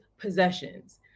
possessions